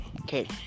Okay